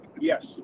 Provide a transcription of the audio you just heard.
yes